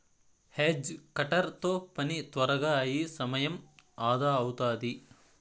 hedge cutter తో పని త్వరగా అయి సమయం అదా అవుతాది